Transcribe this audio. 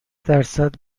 درصد